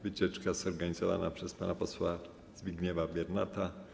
Wycieczka jest zorganizowana przez pana posła Zbigniewa Biernata.